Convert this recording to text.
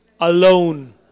alone